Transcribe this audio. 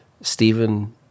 Stephen